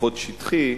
ופחות שטחי,